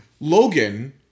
Logan